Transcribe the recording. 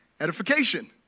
edification